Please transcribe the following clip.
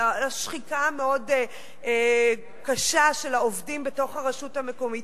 על השחיקה הקשה מאוד של העובדים בתוך הרשות המקומית.